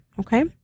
Okay